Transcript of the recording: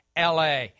LA